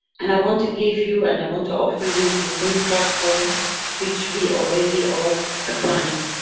and i want to give you and i want to offer you this new platform which we already are applying,